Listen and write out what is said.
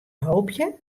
hoopje